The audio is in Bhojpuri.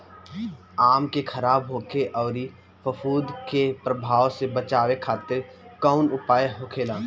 आम के खराब होखे अउर फफूद के प्रभाव से बचावे खातिर कउन उपाय होखेला?